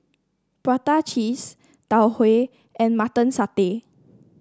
Prata Cheese Tau Huay and Mutton Satay